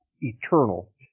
eternal